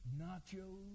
nachos